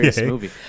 movie